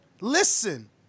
listen